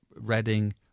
Reading